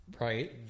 Right